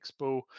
expo